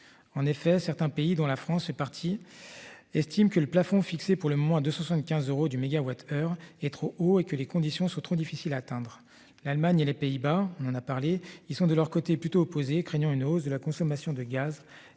En effet, certains pays dont la France est parti. Estime que le plafond fixé pour le moins de 75 euros du MWh est trop haut et que les conditions soient trop difficile à atteindre. L'Allemagne et les Pays-Bas. On en a parlé, ils sont de leur côté plutôt opposés, craignant une hausse de la consommation de gaz